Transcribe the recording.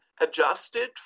adjusted